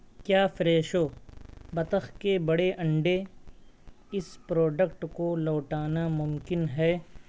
کیا فریشو بطخ کے بڑے انڈے اس پروڈکٹ کو لوٹانا ممکن ہے